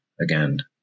again